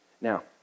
Now